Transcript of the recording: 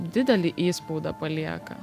didelį įspaudą palieka